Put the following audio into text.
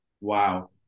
Wow